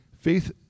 faith